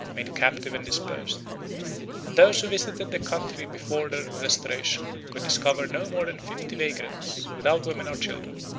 made captive and dispersed and those who visited the country before their restoration could discover no more than fifty vagrants, without women or children,